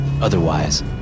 Otherwise